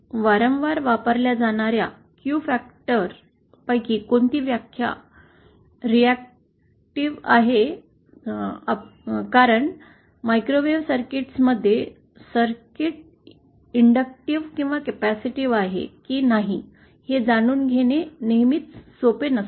त्यामुळे आता वारंवार वापरल्या जाणाऱ्या Q फॅक्टरपैकी कोणती व्याख्या रिएक्टिव आहे कारण मायक्रोवेव्ह सर्किटस मध्ये सर्किट इंडक्टिव्ह किंवा कपॅसिटिव्ह आहे की नाही हे जाणून घेणे नेहमीच सोपे नसते